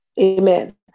Amen